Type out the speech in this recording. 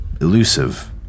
elusive